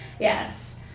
yes